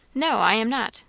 no, i am not!